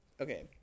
Okay